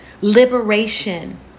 liberation